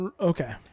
Okay